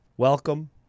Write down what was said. Welcome